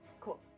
Cool